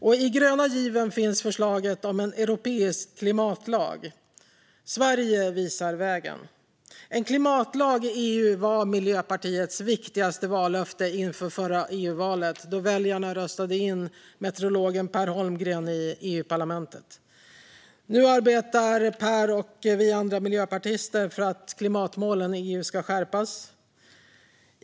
I den gröna given finns ett förslag om en europeisk klimatlag, och Sverige visar vägen. En klimatlag i EU var Miljöpartiets viktigaste vallöfte inför förra EU-valet, då väljarna röstade in meteorologen Pär Holmgren i EU-parlamentet. Nu arbetar Pär och vi andra miljöpartister för att klimatmålen i EU ska skärpas.